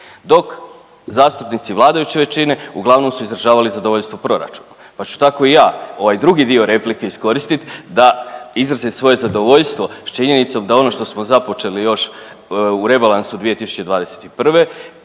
Dok zastupnici vladajuće većine uglavnom su izražavali zadovoljstvo proračunom, pa ću tako i ja ovaj drugi replike iskoristiti da izrazim svoje zadovoljstvo sa činjenicom da ono što smo započeli još u rebalansu 2021.,